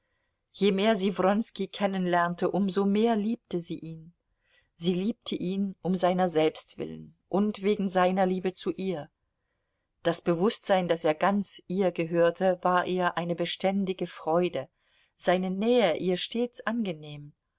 je mehr sie wronski kennenlernte um so mehr liebte sie ihn sie liebte ihn um seiner selbst willen und wegen seiner liebe zu ihr das bewußtsein daß er ganz ihr gehörte war ihr eine beständige freude seine nähe ihr stets angenehm